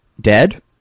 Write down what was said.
Dead